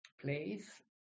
place